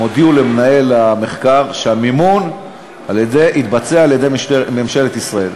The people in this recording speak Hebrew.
הם הודיעו למנהל המחקר שהמימון יינתן על-ידי ממשלת ישראל.